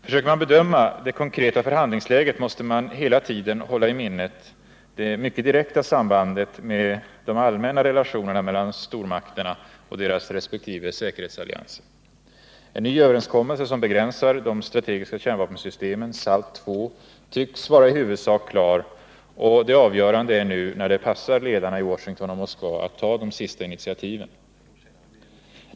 Försöker man bedöma det konkreta förhandlingsläget, måste man hela tiden hålla i minnet det mycket direkta sambandet med de allmänna relationerna mellan stormakterna och deras resp. säkerhetsallianser. En ny överenskommelse som begränsar de strategiska kärnvapensystemen, SALT II, tycks vara i huvudsak klar, och det avgörande är nu när det passar ledarna i Washington och Moskva att ta de sista initiativen.